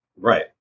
Right